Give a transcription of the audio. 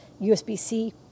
USB-C